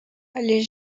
les